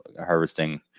harvesting